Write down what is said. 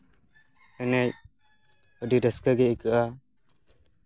ᱮᱱᱮᱡ ᱟᱹᱰᱤ ᱨᱟᱹᱥᱠᱟᱹ ᱜᱮ ᱟᱹᱭᱠᱟᱹᱜᱼᱟ